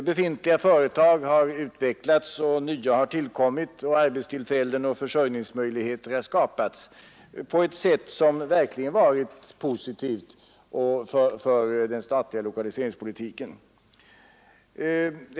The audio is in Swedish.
Befintliga företag har utvecklats och nya har tillkommit; arbetstillfällen och försörjningsmöjligheter har skapats på ett sätt som verkligen varit positivt för den statliga lokaliseringspolitiken.